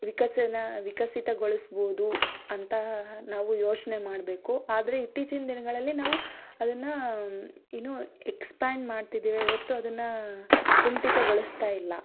ವಿಕಸನ ವಿಕಸಿತಗೊಳಿಸ್ಬೋದು ಅಂತ ನಾವು ಯೋಚನೆ ಮಾಡಬೇಕು ಆದರೆ ಇತ್ತೀಚಿನ ದಿನಗಳಲ್ಲಿ ನಾವು ಅದನ್ನು ಇನ್ನು ಎಕ್ಸ್ಪಾಂಡ್ ಮಾಡ್ತಿದ್ದೇವೆ ಹೊರತು ಅದನ್ನು ಕುಂಟಿತಗೊಳಿಸ್ತಾಯಿಲ್ಲ